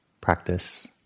practice